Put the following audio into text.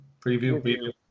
Preview